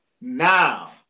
Now